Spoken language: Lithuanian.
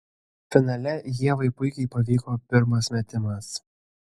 finale ievai puikiai pavyko pirmas metimas